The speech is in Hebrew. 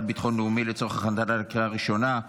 לביטחון לאומי לצורך הכנתה לקריאה הראשונה.